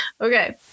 Okay